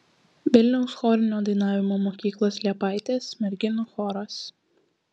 vilniaus chorinio dainavimo mokyklos liepaitės merginų choras